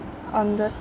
on the